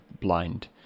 blind